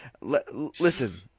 Listen